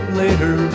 later